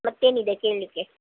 ಮತ್ತೇನಿದೆ ಕೇಳಲಿಕ್ಕೆ